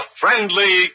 Friendly